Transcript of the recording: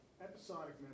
Episodic